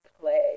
play